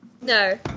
No